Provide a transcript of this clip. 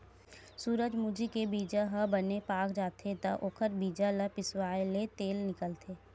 सूरजमूजी के बीजा ह बने पाक जाथे त ओखर बीजा ल पिसवाएले तेल निकलथे